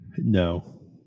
No